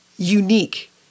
Unique